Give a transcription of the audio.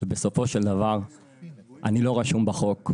ובסופו של דבר אני לא רשום בחוק,